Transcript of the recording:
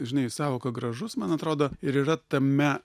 žinai sąvoka gražus man atrodo ir yra tame